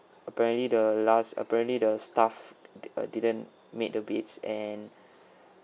apparently the last apparently the staff uh didn't made the beds and